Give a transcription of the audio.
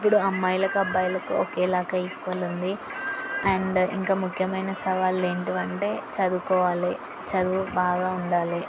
ఇప్పుడు అమ్మాయిలకు అబ్బాయిలకు ఒకేలాగా ఈక్వల్ ఉంది అండ్ ఇంకా ముఖ్యమైన సవాళ్ళు ఏంటి అంటే చదువుకోవాలి చదువు బాగా ఉండాలి